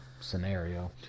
scenario